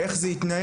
איך זה יתנהל?